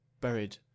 buried